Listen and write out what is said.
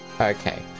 Okay